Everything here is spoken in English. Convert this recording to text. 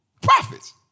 profits